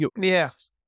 Yes